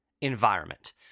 environment